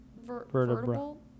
vertebral